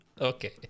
Okay